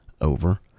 over